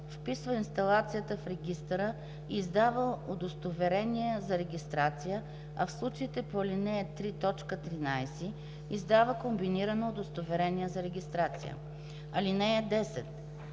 вписва инсталацията в регистъра и издава удостоверение за регистрация, а в случаите по ал. 3, т. 13 издава комбинирано удостоверение за регистрация. (10)